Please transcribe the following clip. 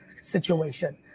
situation